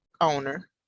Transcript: owner